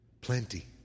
Plenty